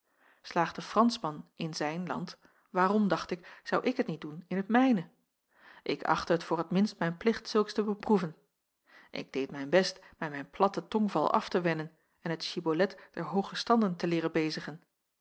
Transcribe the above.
de franschman in zijn land waarom dacht ik zou ik het niet doen in het mijne ik achtte het voor t minst mijn plicht zulks te beproeven ik deed mijn best mij mijn platten tongval af te wennen en het shibboleth der hooge standen te leeren bezigen